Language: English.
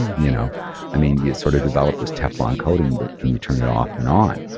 you know i mean, you sort of develop this teflon coating, but can you turn it off and on?